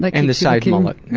like and the side-mullet. yeah,